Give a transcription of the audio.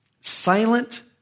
silent